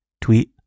tweet